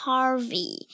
Harvey